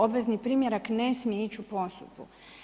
Obvezni primjerak ne smije ići u posudbu.